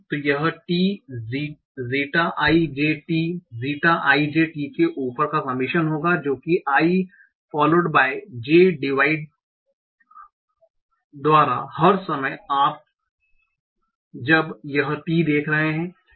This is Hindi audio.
तो यह t zeta i j t zeta i j t के ऊपर का समेशन होगा जो की i followed by j divide द्वारा हर समय जब आप यह t देख रहे हैं